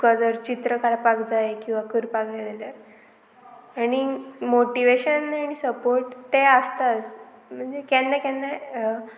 तुका जर चित्र काडपाक जाय किंवां करपाक जाय जाल्यार आनी मोटिवेशन आनी सपोर्ट तें आसताच म्हणजे केन्ना केन्ना